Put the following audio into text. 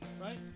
Right